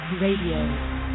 Radio